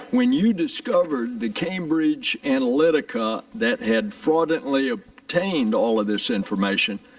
when you discovered the cambridge analytica that had fraudulently ah obtained all of this information,